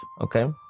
Okay